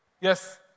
Yes